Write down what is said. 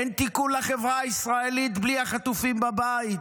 אין תיקון לחברה הישראלית בלי החטופים בבית,